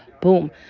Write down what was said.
Boom